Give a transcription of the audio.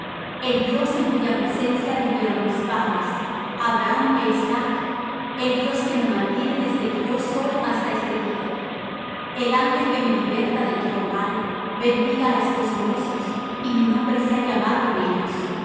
el dios en cuya presencia anduvieron mis padres abraham é isaac el dios que me mantiene desde que yo soy hasta este día el angel que me liberta de todo mal bendiga á estos mozos y mi nombre sea llamado en ellos